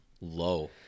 low